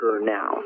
now